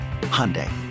Hyundai